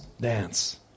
dance